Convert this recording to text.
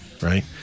Right